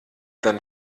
dann